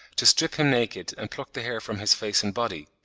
to strip him naked, and pluck the hair from his face and body,